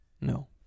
No